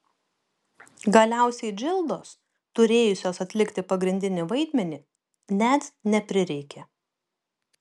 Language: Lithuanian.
galiausiai džildos turėjusios atlikti pagrindinį vaidmenį net neprireikė